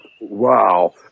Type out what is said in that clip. wow